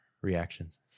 reactions